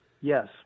Yes